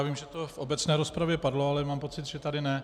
Vím, že to v obecné rozpravě padlo, ale mám pocit, že tady ne.